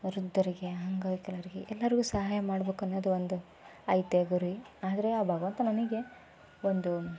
ವೃದ್ಧರಿಗೆ ಅಂಗವಿಕಲರಿಗೆ ಎಲ್ಲರಿಗೂ ಸಹಾಯ ಮಾಡಬೇಕನ್ನೋದು ಒಂದು ಐತೆ ಗುರಿ ಆದರೆ ಆ ಭಗವಂತ ನನಗೆ ಒಂದು